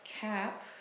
CAP